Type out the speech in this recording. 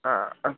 आ अस्तु